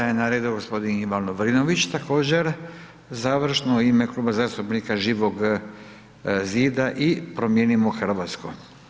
Sada je na redu g. Ivan Lovrinović također završno u ime Kluba zastupnika Živog zida i promijenimo Hrvatsku.